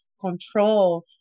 control